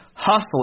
Hustle